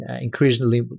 increasingly